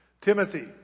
Timothy